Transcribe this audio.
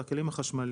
אלה הכלים החשמליים.